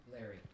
Larry